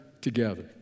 together